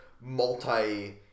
multi